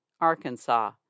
Arkansas